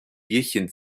bierchen